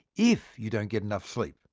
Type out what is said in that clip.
if you don't get enough sleep,